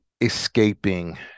escaping